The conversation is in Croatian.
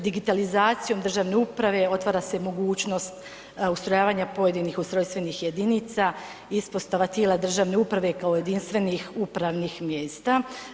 Digitalizacijom državne uprave otvara se mogućnost ustrojavanja pojedinih ustrojstvenih jedinica, ispostava tijela državne uprave kao jedinstvenih upravnih mjesta.